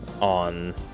on